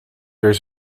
weer